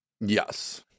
Yes